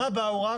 מה באו רק?